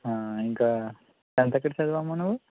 ఇంకా టెన్త్ ఎక్కడ చదివావు అమ్మా నువ్వు